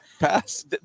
Pass